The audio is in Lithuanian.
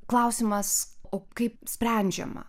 klausimas o kaip sprendžiama